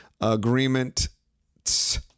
agreement's